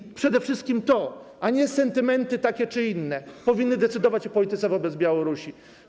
I przede wszystkim to - a nie sentymenty takie czy inne - powinno decydować o polityce wobec Białorusi.